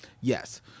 Yes